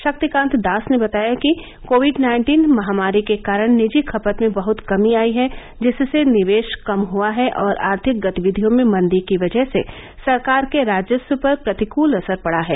शक्तिकांत दास ने बताया कि कोविड नाइन्टीन महामारी के कारण निजी खपत में बहुत कमी आई है जिससे निवेश कम हुआ है और आर्थिक गतिविधियों में मंदी की वजह से सरकार के राजस्व पर प्रतिकूल असर पडा है